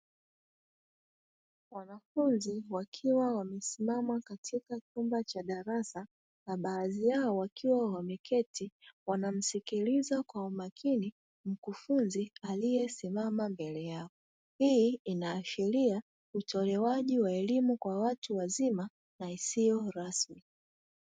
Wanafunzi wakiwa wamesimama katika chumba cha darasa baadhi yao wakiwa wameketi wanamsikiliza mkufunzi aliyesimama mbele yao, hii inaashiria utolewaji wa elimu kwa watu wazima na isiyo rasmi.